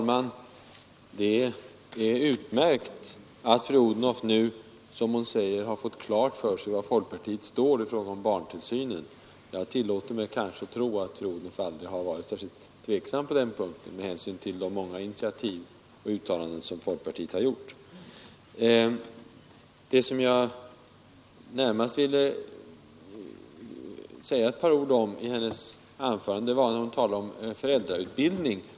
Herr talman! Fru Odhnoff säger att hon nu fått klart för sig var folkpartiet står i fråga om barntillsynen. Det är utmärkt. Men jag tillåter mig tro att fru Odhnoff aldrig varit riktigt tveksam på den punkten, med hänsyn till de många initiativ och uttalanden som folkpartiet har gjort. Ett par ord om vad fru Odhnoff sade om föräldrautbildning.